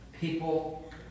people